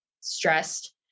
stressed